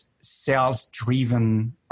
sales-driven